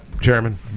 Chairman